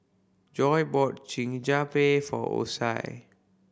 Joi bought for Osie